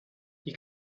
you